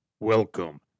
Welcome